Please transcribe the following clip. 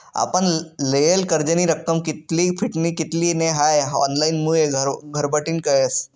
आपण लेयेल कर्जनी रक्कम कित्ली फिटनी कित्ली नै हाई ऑनलाईनमुये घरबठीन कयस